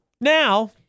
now